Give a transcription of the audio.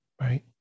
right